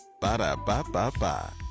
Ba-da-ba-ba-ba